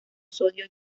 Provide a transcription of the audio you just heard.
sodio